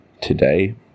today